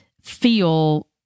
feel